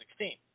2016